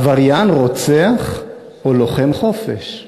עבריין, רוצח או לוחם חופש?